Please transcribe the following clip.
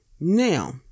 Now